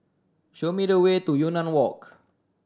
show me the way to Yunnan Walk